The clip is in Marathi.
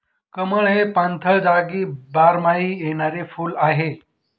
कमळ हे पाणथळ जागी बारमाही येणारे फुल आहे